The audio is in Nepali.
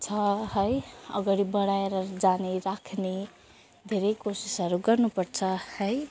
छ है अगाडि बढाएर जाने राख्ने धेरै कोसिसहरू गर्नुपर्छ है